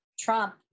Trump